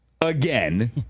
again